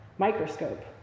microscope